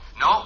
no